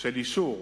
של אישור.